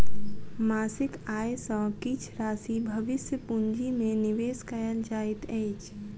मासिक आय सॅ किछ राशि भविष्य पूंजी में निवेश कयल जाइत अछि